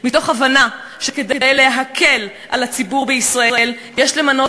מתוך הבנה שכדי להקל על הציבור בישראל יש למנות